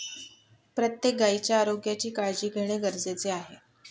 प्रत्येक गायीच्या आरोग्याची काळजी घेणे गरजेचे आहे